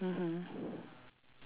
mmhmm